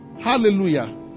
hallelujah